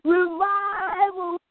Revival